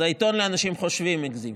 אז העיתון לאנשים חושבים הגזים.